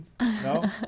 No